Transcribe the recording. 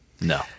No